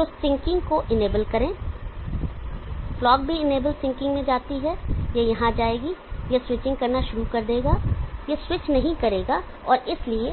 तो सिंकिंग को इनेबल करें क्लॉक भी इनेबल सिंकिंग में जाती है यह यहां जाएगी और यह स्विचिंग करना शुरू कर देगा यह स्विच नहीं करेगा और इसलिए